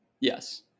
Yes